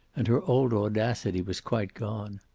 and her old audacity was quite gone.